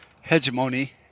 hegemony